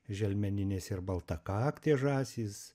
želmeninės ir baltakaktės žąsys